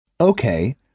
Okay